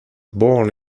born